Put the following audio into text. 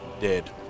dead